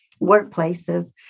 workplaces